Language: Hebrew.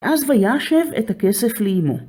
אז וישב את הכסף לאימו.